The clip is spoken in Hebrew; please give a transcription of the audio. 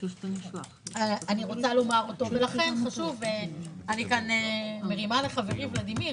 לכן חשוב ולדימיר,